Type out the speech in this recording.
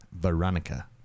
Veronica